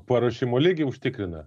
paruošimo lygį užtikrina